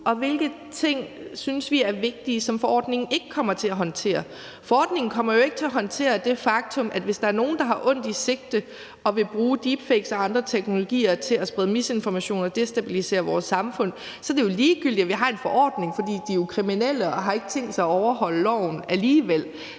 Og hvilke ting synes vi er vigtige, som forordningen ikke kommer til at håndtere? Forordningen kommer jo ikke til at håndtere det faktum, at hvis der er nogen, der har ondt i sinde og vil bruge deepfakes og andre teknologier til at sprede misinformation og destabilisere vores samfund, så er det ligegyldigt, at vi har en forordning, for de er kriminelle og har ikke tænkt sig at overholde loven alligevel.